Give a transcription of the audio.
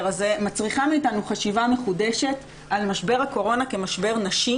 הזה מצריכה מאיתנו חשיבה מחודשת על משבר הקורונה כמשבר נשי.